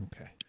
Okay